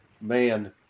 man